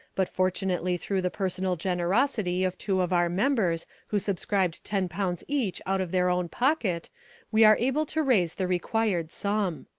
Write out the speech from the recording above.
but fortunately through the personal generosity of two of our members who subscribed ten pounds each out of their own pocket we are able to raise the required sum.